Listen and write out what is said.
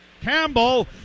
Campbell